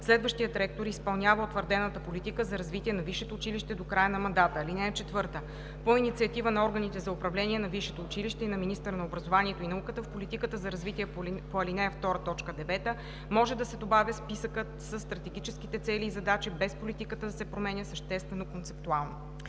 следващият ректор изпълнява утвърдената политика за развитие на висшето училище до края на мандата. (4) По инициатива на органите за управление на висшето училище и на министъра на образованието и науката в политиката за развитие по ал. 2, т. 9 може да се добавя списъкът със стратегическите цели и задачи, без политиката да се променя съществено концептуално.“